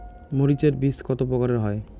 মরিচ এর বীজ কতো প্রকারের হয়?